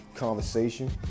conversation